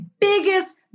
biggest